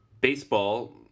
baseball